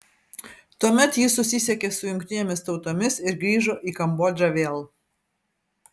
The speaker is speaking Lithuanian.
tuomet ji susisiekė su jungtinėmis tautomis ir grįžo į kambodžą vėl